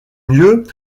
mieux